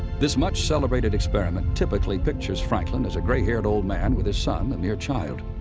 this much celebrated experiment typically pictures franklin as a gray-haired old man with his son a mere child,